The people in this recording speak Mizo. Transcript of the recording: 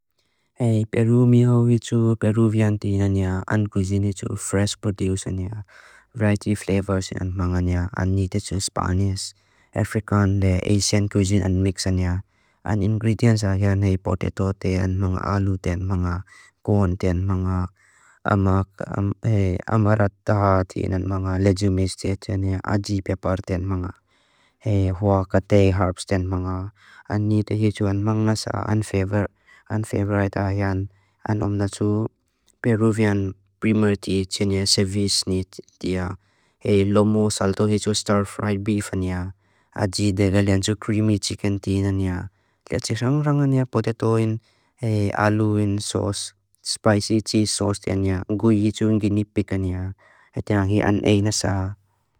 Peruvian, peruvian tina nia. An kuzini tu fresh produce nia. Variety flavors an manga nia. An nita tu spanish. African, asian kuzini an mixa nia. An ingredients a here nia. Potato tina nia. Alu tina nia. Corn tina nia. Amarata tina nia. Legumes tina nia. Aji pepper tina nia. Huacate herbs tina nia. An nita hitu an manga sa. An favorite a here nia. An omlatu Peruvian primary tina nia. Ceviche nia. Lomo salto hitu stir fried beef nia. Aji degalian tu creamy chicken tina nia. Tia tisa nga nga nia potato nia. Alu nia nia. Spicy cheese sauce nia. Ngui hitu nginipika nia. E tenga hi an ay na sa.